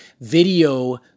video